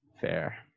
fair